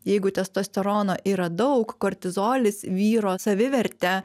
jeigu testosterono yra daug kortizolis vyro savivertę